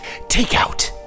takeout